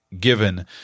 given